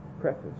Preface